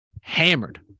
hammered